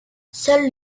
seul